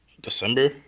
December